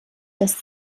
das